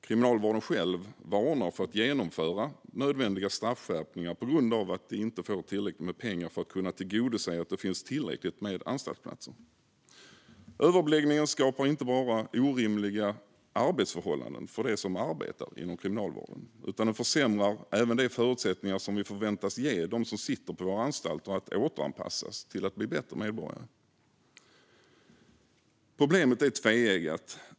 Kriminalvården själv varnar för att genomföra nödvändiga straffskärpningar på grund av att de inte får tillräckligt med pengar för att kunna tillgodose att det finns tillräckligt med anstaltsplatser. Överbeläggningen skapar inte bara orimliga arbetsförhållanden för dem som arbetar inom kriminalvården, utan den försämrar även de förutsättningar som vi förväntas ge dem som sitter på våra anstalter att återanpassas till att bli bättre medborgare. Problemet är tveeggat.